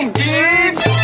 dudes